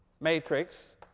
matrix